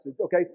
okay